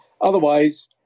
Otherwise